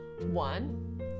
One